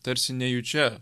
tarsi nejučia